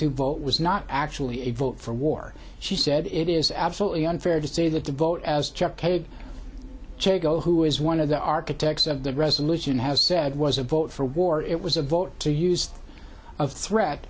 two vote was not actually a vote for war she said it is absolutely unfair to say that the vote as chair go who is one of the architects of the resolution has said was a vote for war it was a vote to use of threat